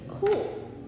cool